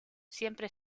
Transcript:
siempre